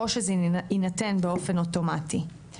או שזה יינתן באופן אוטומטי.